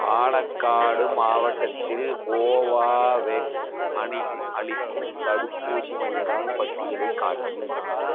பாலக்காடு மாவட்டத்தில் கோவாவேக்ஸ் அனி அளிக்கும் தடுப்பூசி மையங்கள் பட்டியலைக் காட்டவும்